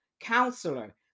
counselor